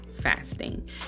fasting